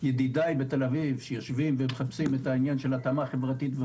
שידידיי בתל אביב שיושבים ומחפשים את העניין של התאמה חברתית,